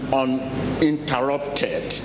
uninterrupted